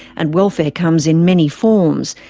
and welfare comes in many forms.